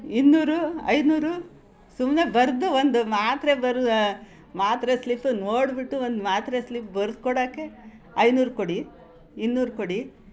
ಇನ್ನೂರು ಐದ್ನೂರು ಸುಮ್ಮನೆ ಬರೆದು ಒಂದು ಮಾತ್ರೆ ಬರು ಮಾತ್ರೆ ಸ್ಲಿಪ್ಪು ನೋಡಿಬಿಟ್ಟು ಒಂದು ಮಾತ್ರೆ ಸ್ಲಿಪ್ ಬರೆದ್ಕೊಡೋಕ್ಕೆ ಐನೂರು ಕೊಡಿ ಇನ್ನೂರು ಕೊಡಿ